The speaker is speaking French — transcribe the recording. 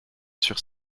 sur